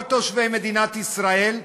כל תושבי מדינת ישראל,